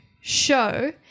show